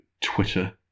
twitter